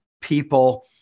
people